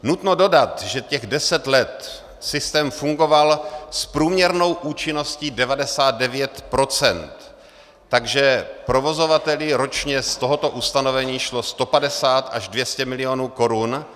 Nutno dodat, že těch deset let systém fungoval s průměrnou účinností 99 procent, takže provozovateli ročně z tohoto ustanovení šlo 150 až 200 milionů korun.